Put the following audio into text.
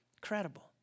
Credible